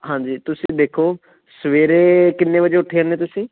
ਹਾਂਜੀ ਤੁਸੀਂ ਦੇਖੋ ਸਵੇਰੇ ਕਿੰਨੇ ਵਜੇ ਉੱਠ ਜਾਨੇ ਤੁਸੀਂ